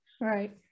right